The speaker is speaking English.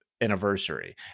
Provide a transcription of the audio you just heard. anniversary